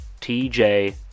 tj